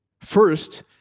First